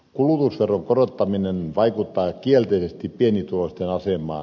kulutusveron korottaminen vaikuttaa kielteisesti pienituloisten asemaan